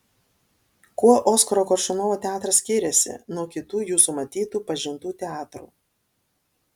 kuo oskaro koršunovo teatras skiriasi nuo kitų jūsų matytų pažintų teatrų